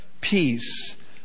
Peace